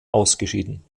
ausgeschieden